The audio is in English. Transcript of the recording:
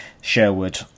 Sherwood